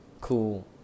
cool